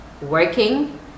working